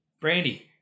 Brandy